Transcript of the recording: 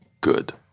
good